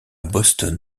boston